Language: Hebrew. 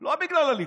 לא בגלל הליכוד.